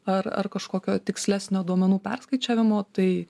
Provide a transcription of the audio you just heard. ar ar kažkokio tikslesnio duomenų perskaičiavimo tai